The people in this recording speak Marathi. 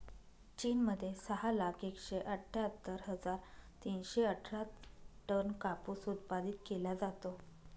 चीन मध्ये सहा लाख एकशे अठ्ठ्यातर हजार तीनशे अठरा टन कापूस उत्पादित केला जातो